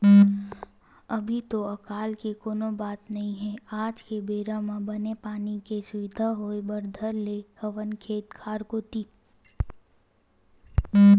अभी तो अकाल के कोनो बात नई हे आज के बेरा म बने पानी के सुबिधा होय बर धर ले हवय खेत खार कोती